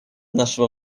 нашего